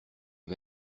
les